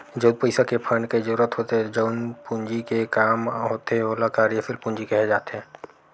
जउन पइसा के फंड के जरुरत होथे जउन पूंजी के काम होथे ओला कार्यसील पूंजी केहे जाथे